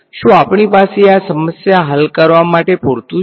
શું આપણી પાસે આ સમસ્યા હલ કરવા માટે પૂરતું છે